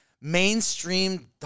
mainstream